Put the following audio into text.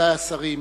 נכבדי השרים,